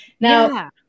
Now